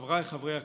חבריי חברי הכנסת,